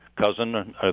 cousin